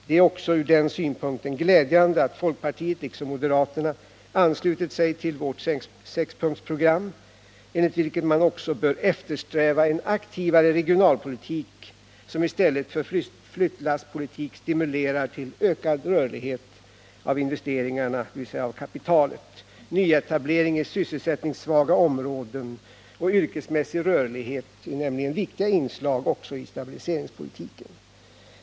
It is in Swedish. Det är också från den synpunkten glädjande att folkpartiet liksom moderaterna anslutit sig till vårt sexpunktsprogram, enligt vilket man också bör eftersträva en aktivare regionalpolitik som i stället för flyttlasspolitik stimulerar till ökad rörlighet när det gäller investeringarna, dvs. kapitalet. Nyetablering i sysselsättningssvaga områden och yrkesmässig rörlighet är nämligen viktiga inslag också i stabiliseringspolitiken.